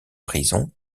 prisons